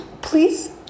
please